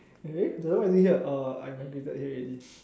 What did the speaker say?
eh then why are you here orh I migrated here already